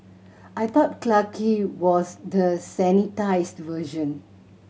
I thought Clarke Quay was the sanitised version